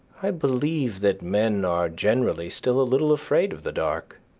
i believe that men are generally still a little afraid of the dark,